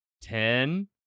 Ten